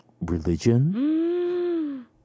religion